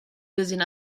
using